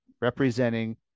representing